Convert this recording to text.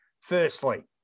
Firstly